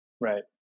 Right